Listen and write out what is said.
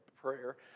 prayer